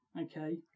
okay